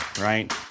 right